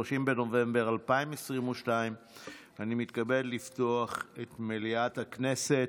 30 בנובמבר 2022. אני מתכבד לפתוח את מליאת הכנסת.